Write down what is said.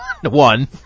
One